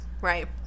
right